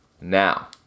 now